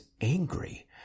angry